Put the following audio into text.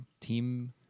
team